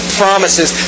promises